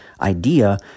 idea